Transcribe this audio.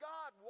God